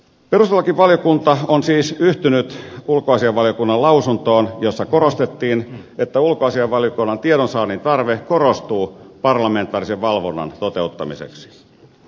perustuslakivaliokunta on siis yhtynyt ulkoasiainvaliokunnan lausuntoon jossa korostettiin että ulkoasiainvaliokunnan tiedonsaannin tarve parlamentaarisen valvonnan toteuttamiseksi korostuu